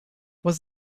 was